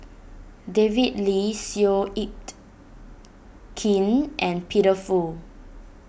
David Lee Seow Yit Kin and Peter Fu